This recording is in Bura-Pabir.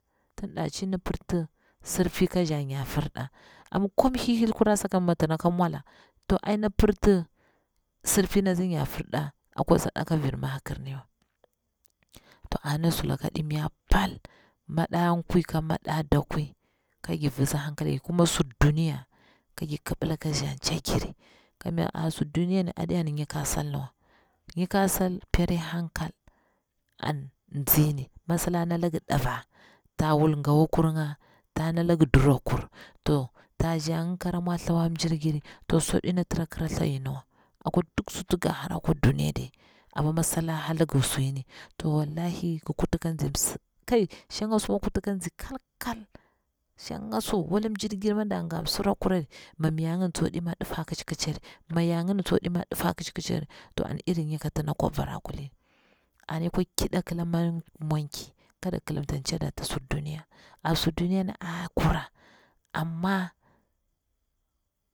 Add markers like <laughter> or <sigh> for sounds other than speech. Tin daci ndi pirti sirpi ka za nya furda, amma komi hilhil kura sakan ma tsana ka mwda to ai nɗa pirti sirpi natsi nya fur ɗa akwa sadaka vir makir ni wa, <hesitation> to ana sulaɗi mnya pal maɗa nkwi ka maɗa dakwui ka gir vitsi hankala jiri ƙuma sur duriya kagir kiɓila ka za ncagir, kamnya asur duniya ni aɗi an nikah sal ni wa, nikah sal peri hankal, an tsini, mi sal a nalagi ɗiva, ta wul ngawakurnga ta nalagi dura kur, to ta zanga kara mwa thlawa mjirgiri, to swaɗina tira kiratha nyini wa, akwa duk suti ga hara akwa duniya dai, amma misal a hallagi suyini to wallahi gir kirti kan zis, kai shanga su ma ki kurti kanzi kal kal shanga su wala mjir girma dang gamsurakurari mi miyanga an tsodima difa kic kicari mi yangni tsodima dufa kic kicari to an iri nika ti dakwa bara kulin ana yakwa kida kila mwoci kada kilimta kirada ata sur duniya, asur duniyan a kura amma.